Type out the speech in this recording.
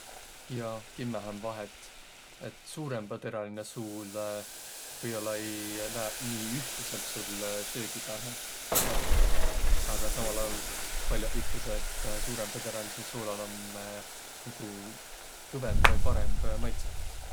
Jaa, kimmähe om vahet. Et suurõmbateräline suul või-ollaq ei lääq nii ühtläselt sul söögi pääle lakja, aga samal aol pall'oq ütleseq, et suurõmbaterälidsel soolal om nigu kõvõmb vai parõmb maidsõq.